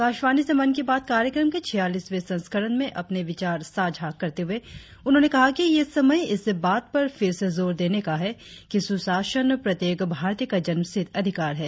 आकाशवाणी से मन की बात कार्यक्रम के छियालीसवें संस्करण में अपने विचार साझा करते हुए उन्होंने कहा कि यह समय इस बात पर फिर से जोर देने का है कि सुशासन प्रत्येक भारतीय का जन्मसिद्ध अधिकार है